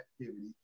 activity